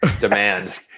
demand